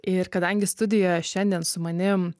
ir kadangi studijoje šiandien su manim